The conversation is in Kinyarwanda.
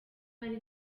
hari